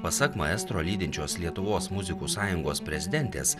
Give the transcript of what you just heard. pasak maestro lydinčios lietuvos muzikų sąjungos prezidentės